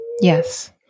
Yes